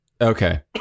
Okay